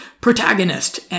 protagonist